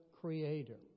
creator